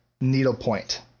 needlepoint